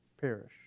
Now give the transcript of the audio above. perish